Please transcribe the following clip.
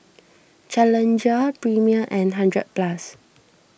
Challenger Premier and hundred Plus